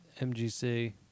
MGC